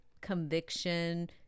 conviction